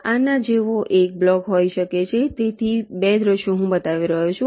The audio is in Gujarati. આના જેવો એક બ્લોક હોઈ શકે છે તેથી 2 દૃશ્યો હું બતાવી રહ્યો છું